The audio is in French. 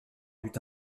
but